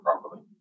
properly